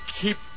keep